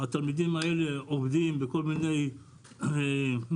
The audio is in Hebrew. התלמידים האלה עובדים בכל מיני מסעדות,